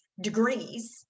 degrees